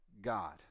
God